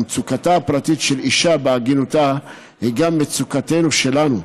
ומצוקתה הפרטית של אישה בעגינותה היא גם מצוקתנו שלנו.